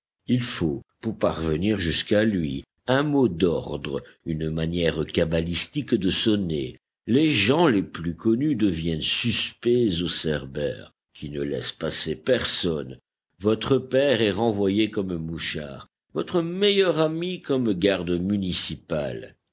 il faut pour parvenir jusqu'à lui un mot d'ordre une manière cabalistique de sonner les gens les plus connus deviennent suspects au cerbère qui ne laisse passer personne votre père est renvoyé comme mouchard votre meilleur ami comme garde municipal